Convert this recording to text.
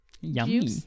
Yummy